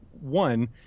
one